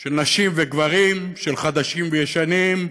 של נשים וגברים, של חדשים וישנים,